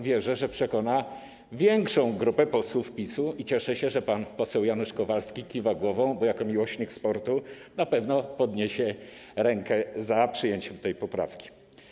Wierzę, że przekona większą grupę posłów PiS-u, i cieszę się, że pan poseł Janusz Kowalski kiwa głową, bo jako miłośnik sportu na pewno podniesie rękę za przyjęciem tej poprawki.